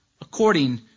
according